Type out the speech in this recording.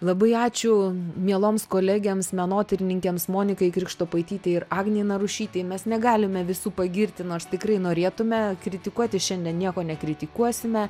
labai ačiū mieloms kolegėms menotyrininkėms monikai krikštopaitytei ir agnei narušytei mes negalime visų pagirti nors tikrai norėtume kritikuoti šiandien nieko nekritikuosime